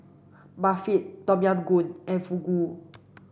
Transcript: Barfi Tom Yam Goong and Fugu